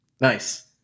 Nice